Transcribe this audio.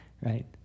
Right